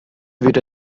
würde